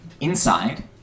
Inside